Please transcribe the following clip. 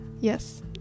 yes